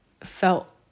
felt